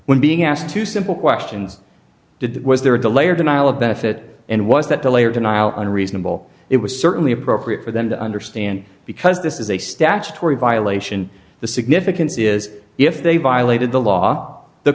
when being asked two simple questions did was there a delay or denial of benefit and was that delay or denial unreasonable it was certainly appropriate for them to understand because this is a statutory violation the significance is if they violated the law the